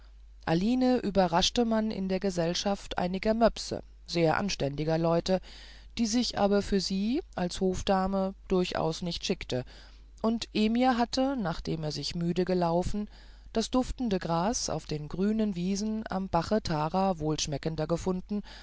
alinen überraschte man in der gesellschaft einiger möpse sehr anständiger leute die sich aber für sie als hofdame durchaus nicht schickte und emir hatte nachdem er sich müde gelaufen das duftende gras auf den grünen wiesen am bache tara wohlschmeckender gefunden